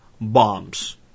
bombs